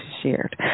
shared